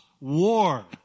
war